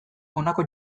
honako